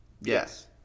Yes